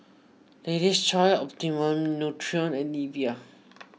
Lady's Choice Optimum Nutrition and Nivea